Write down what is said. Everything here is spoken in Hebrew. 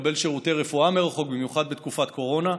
לקבל שירותי רפואה מרחוק, במיוחד בתקופת קורונה.